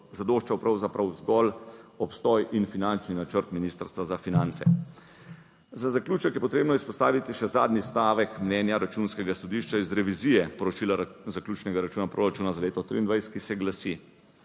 zadoščal pravzaprav zgolj obstoj in finančni načrt Ministrstva za finance. Za zaključek je potrebno izpostaviti še zadnji stavek mnenja Računskega sodišča iz revizije poročila zaključnega računa proračuna za leto 2023, ki se glasi: